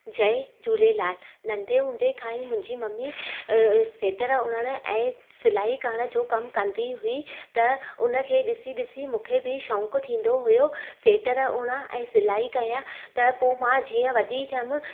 जय झूलेलाल नंढे हूंदे खां ई मुंहिंजी मम्मी अ अ सीटर उणण ऐं सिलाई करण जो कम कंदी हुई त उनखे ॾिसी ॾिसी मूंखे बि शौंक़ु थींदो हुयो सीटर उणणा ऐं सिलाई कयां त पोइ मां जीअं वॾी थियमि